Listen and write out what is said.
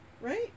Right